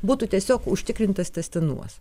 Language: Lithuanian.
būtų tiesiog užtikrintas tęstinumas